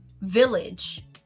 village